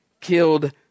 killed